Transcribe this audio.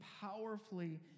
powerfully